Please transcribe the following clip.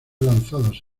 lanzados